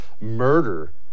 murder